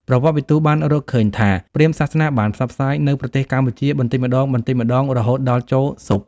ប្រវត្តិវិទូបានរកឃើញថា ព្រាហ្មណ៍សាសនាបានផ្សព្វផ្សាយនៅប្រទេសកម្ពុជាបន្តិចម្ដងៗរហូតដល់ចូលស៊ប់។